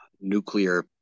nuclear